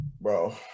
Bro